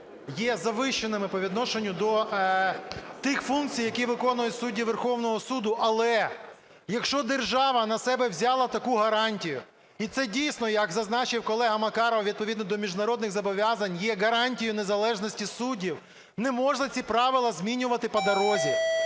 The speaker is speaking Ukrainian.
є завищеними по відношенню до тих функцій, які виконують судді Верховного Суду. Але якщо держава на себе взяла таку гарантію і це дійсно, як зазначив колега Макаров, відповідно до міжнародних зобов'язань є гарантією незалежності суддів, не можна ці правила змінювати по дорозі,